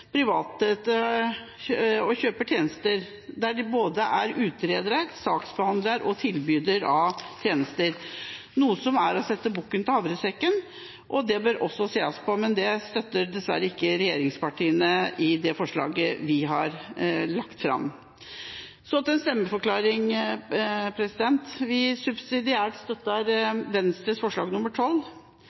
private, og kjøper tjenester der de både er utreder, saksbehandler og tilbyder av tjenester, noe som er å sette bukken til havresekken. Det bør også ses på, men det støtter dessverre ikke regjeringspartiene i forbindelse med det forslaget vi har lagt fram. Til en stemmeforklaring: Vi støtter subsidiært Venstres forslag